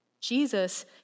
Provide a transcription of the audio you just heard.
Jesus